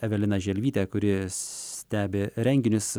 evelina želvytė kuri stebi renginius